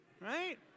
right